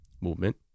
movement